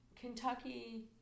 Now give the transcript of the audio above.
Kentucky